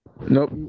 Nope